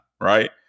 Right